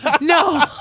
no